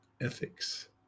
ethics